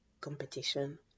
competition